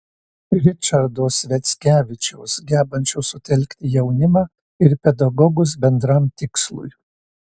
ričardo sviackevičiaus gebančio sutelkti jaunimą ir pedagogus bendram tikslui